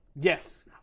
yes